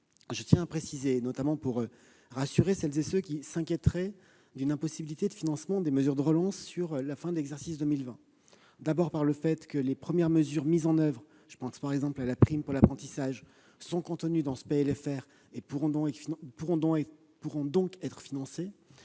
Je tiens à préciser, notamment pour rassurer celles et ceux qui s'inquiéteraient d'une impossibilité de financer les mesures de relance sur la fin de l'exercice 2020, que les premières mesures mises en oeuvre- je pense, par exemple, à la prime pour l'apprentissage -sont contenues dans ce PLFR et pourront donc être financées,